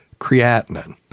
creatinine